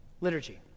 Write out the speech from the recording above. liturgy